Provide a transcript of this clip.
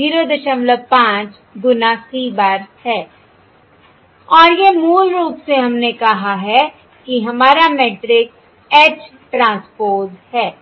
0 0 01 05 गुना c bar है और यह मूल रूप से हमने कहा है कि हमारा मैट्रिक्स h ट्रांसपोज़ है